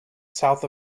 south